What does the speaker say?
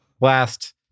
last